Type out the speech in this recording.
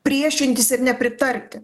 priešintis ir nepritarti